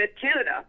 Canada